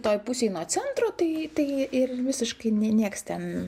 toj pusėj nuo centro tai tai ir visiškai nie nieks ten